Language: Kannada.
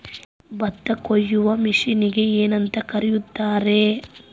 ಭತ್ತ ಕೊಯ್ಯುವ ಮಿಷನ್ನಿಗೆ ಏನಂತ ಕರೆಯುತ್ತಾರೆ?